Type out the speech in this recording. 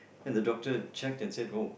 and the doctor checked and said oh